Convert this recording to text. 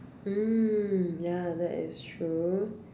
mm ya that is true